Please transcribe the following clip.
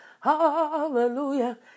hallelujah